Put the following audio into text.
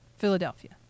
Philadelphia